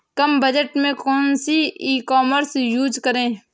कम budget में कौन सी ई कॉमर्स यूज़ करें?